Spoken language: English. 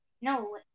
No